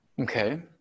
Okay